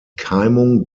keimung